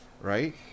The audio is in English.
right